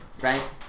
right